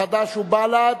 חד"ש ובל"ד,